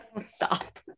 Stop